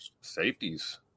Safeties